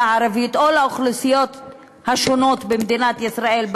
הערבית או לאוכלוסיות השונות בפריפריה של מדינת ישראל?